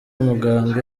muganga